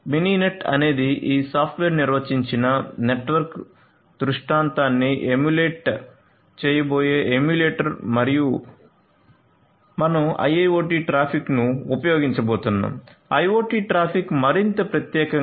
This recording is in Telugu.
మినినెట్ అనేది ఈ సాఫ్ట్వేర్ నిర్వచించిన నెట్వర్క్ దృష్టాంతాన్ని ఎమ్యులేట్ చేయబోయే ఎమ్యులేటర్ మరియు మనం IIoT ట్రాఫిక్ను ఉపయోగించబోతున్నాం IoT ట్రాఫిక్ మరింత ప్రత్యేకంగా